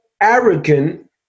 arrogant